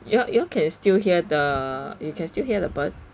you all you all can still hear the you can still hear the bird